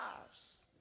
lives